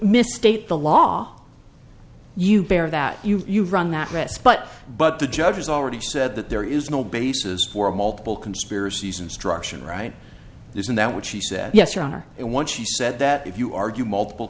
misstate the law you bear that you've run that risk but but the judge has already said that there is no basis for a multiple conspiracies instruction right isn't that what she said yes your honor it once she said that if you argue multiple